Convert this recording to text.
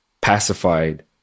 pacified